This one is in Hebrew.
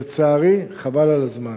לצערי, חבל על הזמן.